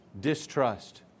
Distrust